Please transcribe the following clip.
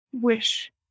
wish